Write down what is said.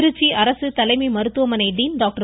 திருச்சி அரசு தலைமை மருத்துவமனை டீன் டாக்டர்